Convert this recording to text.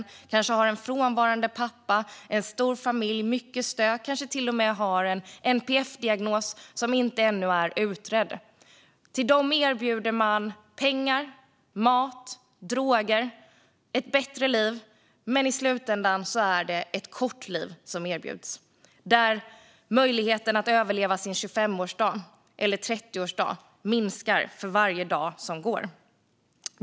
De kanske har en frånvarande pappa, en stor familj, mycket stök och till och med en NPF-diagnos som ännu inte är utredd. Till dem erbjuder man pengar, mat, droger och ett bättre liv. Men i slutändan är det kort liv som erbjuds, där möjligheten att överleva sin 25-årsdag eller 30-årsdag minskar för varje dag som går.